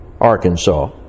Arkansas